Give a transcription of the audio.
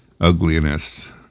ugliness